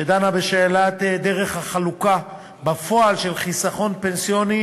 שדנה בשאלת דרך החלוקה בפועל של חיסכון פנסיוני